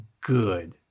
good